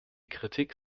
kritik